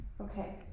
Okay